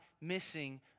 missing